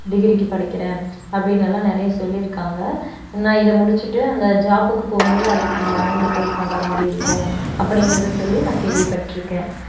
டிகிரிக்கு படிக்கிறேன் அப்படின் எல்லாம் நிறையா சொல்லியிருக்காங்க நான் இதை முடிச்சிட்டு அந்த ஜாப்புக்கு போகும்போது அதை அந்த அமௌண்ட் பே பண்ணுற மாதிரி இருக்கும் அப்படிங்கிறது சொல்லி நான் கேள்விப்பட்டிருக்கேன்